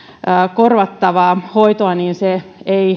korvattavaa hoitoa niin se